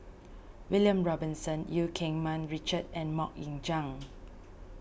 William Robinson Eu Keng Mun Richard and Mok Ying Jang